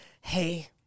hey